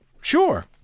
Sure